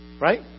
Right